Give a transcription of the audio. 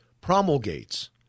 promulgates